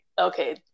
okay